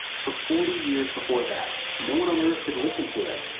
for forty years before that, no one on earth could listen to it.